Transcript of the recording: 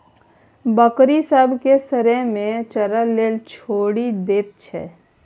बकरी सब केँ सरेह मे चरय लेल छोड़ि दैत छै